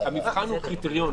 המבחן הוא קריטריון,